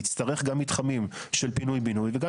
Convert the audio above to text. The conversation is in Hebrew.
נצטרך גם מתחמים של פינוי בינוי וגם